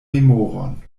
memoron